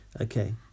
Okay